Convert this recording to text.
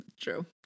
True